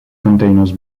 containers